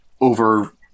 over